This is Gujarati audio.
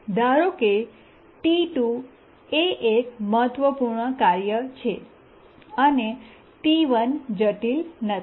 ધારો કે T 2 એ એક મહત્વપૂર્ણ કાર્ય છે અને T1 જટિલ નથી